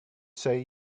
say